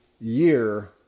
year